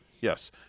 yes